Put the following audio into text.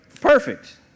Perfect